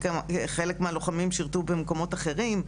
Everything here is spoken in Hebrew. חלק מהלוחמים שירתו במקומות אחרים,